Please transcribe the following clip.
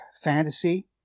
fantasy